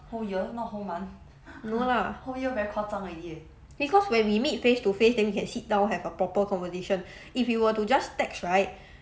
no lah because when we meet face to face then we can sit down have a proper conversation if you were to just text right